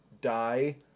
die